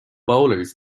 bowlers